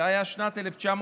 זה היה בשנת 1993,